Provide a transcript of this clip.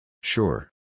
Sure